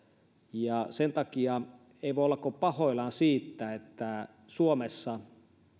sen takia ei voi olla kuin pahoillaan siitä että suomessa